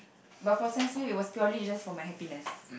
but for Sam-Smith it was purely is just for my happiness